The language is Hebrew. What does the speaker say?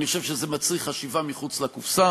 אני חושב שזה מצריך חשיבה מחוץ לקופסה,